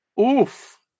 oof